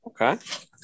Okay